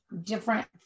different